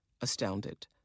astounded